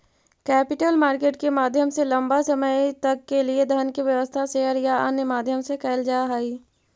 capital market के माध्यम से लंबा समय तक के लिए धन के व्यवस्था शेयर या अन्य माध्यम से कैल जा हई